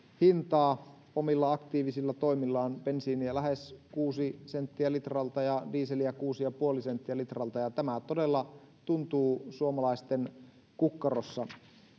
hintaa omilla aktiivisilla toimillaan bensiiniä lähes kuusi senttiä litralta ja dieseliä kuusi ja puoli senttiä litralta ja tämä todella tuntuu suomalaisten kukkarossa